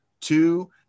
two